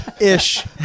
Ish